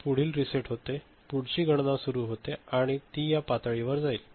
तर पुढील रीसेट होतो पुढची गणना सुरू होते आणि ती या पातळीवर जाईल